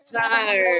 time